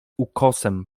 ukosem